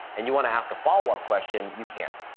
and you want to ask a follow-up question, you can't.